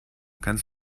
kannst